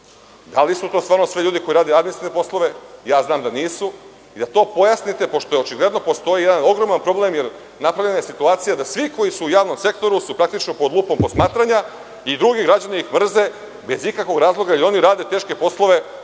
da li su to stvarno ljudi koji rade samo administrativne poslove. Znam da nisu. Pojasnite to pošto očigledno postoji jedan ogroman problem jer je napravljena situacija da svi koji su u javnom sektoru su praktično pod lupom posmatranja i drugi građani ih mrze bez ikakvog razloga jer i oni rade teške poslove, veliki